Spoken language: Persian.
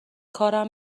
کارم